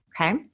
Okay